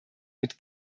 mit